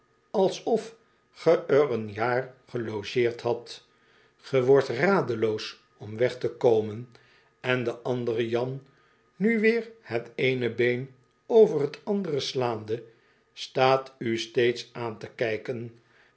alsof ge er een jaar gelogeerd hadt ge wordt radeloos om weg te komen en de andere jan nu weer het eene been over het andere slaande staat u steeds aan te kijken